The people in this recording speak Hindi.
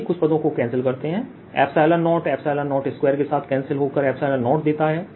आइए कुछ पदों को कैंसिल करते हैं 0 02के साथ कैंसिल होकर 0देता है